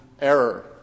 error